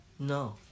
No